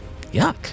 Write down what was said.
Yuck